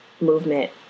movement